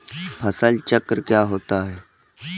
फसल चक्र क्या होता है?